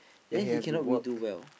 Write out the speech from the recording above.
then he cannot really do well